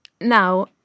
Now